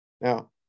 Now